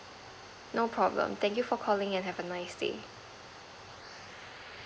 no problem thank you for calling and have a nice day